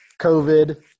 COVID